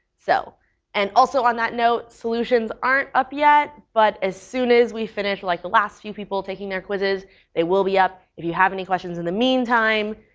so and also on that note, solutions aren't up yet, but as soon as we finish like, the last few people taking their quizzes they will be up. if you have any questions in the meantime,